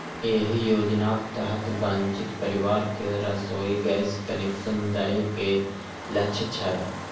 एहि योजनाक तहत वंचित परिवार कें रसोइ गैस कनेक्शन दए के लक्ष्य छै